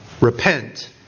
repent